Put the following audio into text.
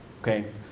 okay